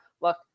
Look